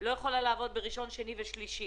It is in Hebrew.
שני ושלישי,